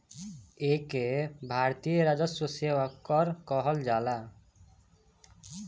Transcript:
एके भारतीय राजस्व सेवा कर कहल जाला